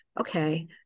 okay